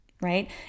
right